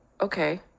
Okay